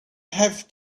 have